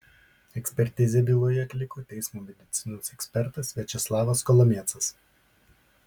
ekspertizę byloje atliko teismo medicinos ekspertas viačeslavas kolomiecas